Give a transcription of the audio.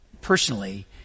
personally